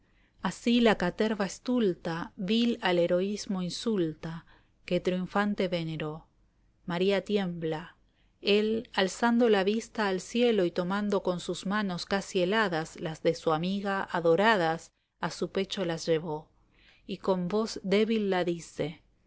así la caterva esíulta vil al heroísmo insulta la cautiva que triunfante veneró maría tiembla el alzando la vista al cielo y tomando con sus manos casi heladas las de su amiga adoradas a su pecho las llevó y con voz débil la dice